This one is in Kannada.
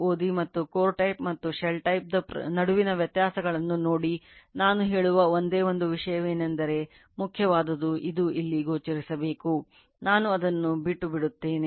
Shell ದ ನಡುವಿನ ವ್ಯತ್ಯಾಸಗಳನ್ನು ನೋಡಿ ನಾನು ಹೇಳುವ ಒಂದೇ ಒಂದು ವಿಷಯವೆಂದರೆ ಮುಖ್ಯವಾದದ್ದು ಇದು ಇಲ್ಲಿ ಗೋಚರಿಸಬೇಕು ನಾನು ಅದನ್ನು ಬಿಟ್ಟುಬಿಡುತ್ತಿದ್ದೇನೆ